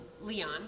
Leon